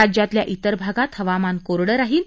राज्यातल्या इतर भागात हवामान कोरडं राहिलं